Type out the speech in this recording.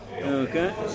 Okay